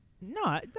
No